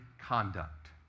conduct